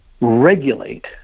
Regulate